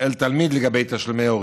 אל תלמיד לגבי תשלומי הורים.